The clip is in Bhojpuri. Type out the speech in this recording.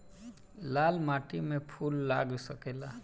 लाल माटी में फूल लाग सकेला?